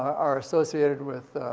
are associated with,